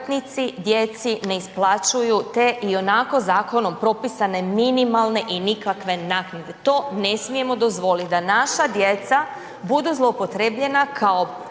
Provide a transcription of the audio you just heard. djeci ne isplaćuju te ionako zakonom propisane minimalne i nikakve naknade. To ne smijemo dozvoliti da naša djeca budu zloupotrebljena kao